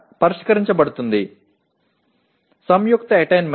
ஒருங்கிணைந்த அடையல் 0